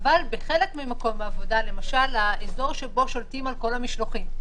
אבל כאן מדובר על טיפולים שניתנים לילדי חינוך מיוחד באופן בלתי פורמלי.